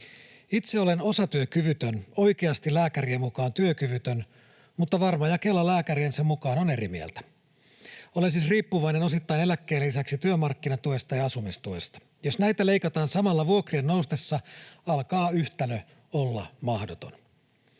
Itse olen osatyökyvytön, oikeasti lääkärien mukaan työkyvytön, mutta Varma ja Kela lääkäriensä mukaan ovat eri mieltä. Olen siis riippuvainen osittain eläkkeen lisäksi työmarkkinatuesta ja asumistuesta. Jos näitä leikataan samalla vuokrien noustessa, alkaa yhtälö olla mahdoton.